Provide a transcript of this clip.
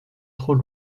trop